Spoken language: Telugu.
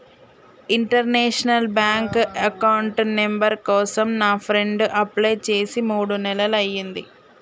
ఇంటర్నేషనల్ బ్యాంక్ అకౌంట్ నంబర్ కోసం నా ఫ్రెండు అప్లై చేసి మూడు నెలలయ్యింది